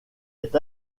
est